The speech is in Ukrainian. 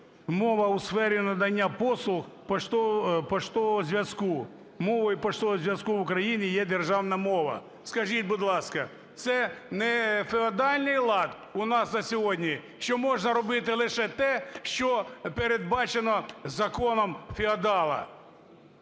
"Мова у сфері надання послуг поштового зв’язку. Мовою поштового зв’язку в Україні є державна мова". Скажіть, будь ласка, це не феодальний лад у нас на сьогодні, що можна робити лише те, що передбачено законом феодала?